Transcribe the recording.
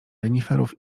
reniferów